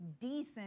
decent